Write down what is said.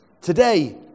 today